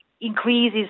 increases